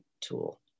tool